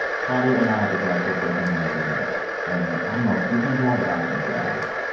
claudio and i had to go out to a breaking news event. and i don't know if you were going to drive or i was going to drive.